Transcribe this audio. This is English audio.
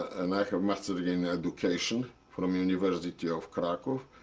and i have master degree in education from university of krakow.